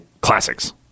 classics